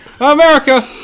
America